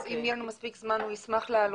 אז אם יהיה לנו מספיק זמן הוא ישמח לעלות.